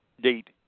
date